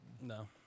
No